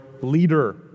leader